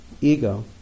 ego